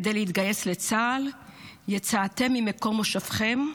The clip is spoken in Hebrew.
כדי להתגייס לצה"ל יצאתם ממקום מושבכם,